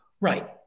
right